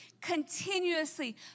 continuously